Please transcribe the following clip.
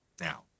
now